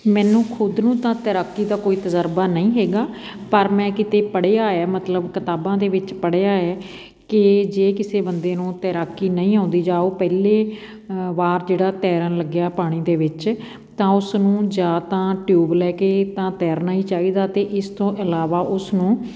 ਮੈਨੂੰ ਖੁਦ ਨੂੰ ਤਾਂ ਤੈਰਾਕੀ ਦਾ ਕੋਈ ਤਜ਼ਰਬਾ ਨਹੀਂ ਹੈਗਾ ਪਰ ਮੈਂ ਕਿਤੇ ਪੜ੍ਹਿਆ ਹੈ ਮਤਲਬ ਕਿਤਾਬਾਂ ਦੇ ਵਿੱਚ ਪੜ੍ਹਿਆ ਹੈ ਕਿ ਜੇ ਕਿਸੇ ਬੰਦੇ ਨੂੰ ਤੈਰਾਕੀ ਨਹੀਂ ਆਉਂਦੀ ਜਾਂ ਉਹ ਪਹਿਲੀ ਵਾਰ ਜਿਹੜਾ ਤੈਰਨ ਲੱਗਿਆ ਪਾਣੀ ਦੇ ਵਿੱਚ ਤਾਂ ਉਸ ਨੂੰ ਜਾਂ ਤਾਂ ਟਿਊਬ ਲੈ ਕੇ ਤਾਂ ਤੈਰਨਾ ਹੀ ਚਾਹੀਦਾ ਅਤੇ ਇਸ ਤੋਂ ਇਲਾਵਾ ਉਸ ਨੂੰ